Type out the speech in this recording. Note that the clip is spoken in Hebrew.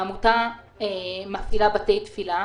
העמותה מפעילה בתי תפילה,